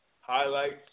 Highlights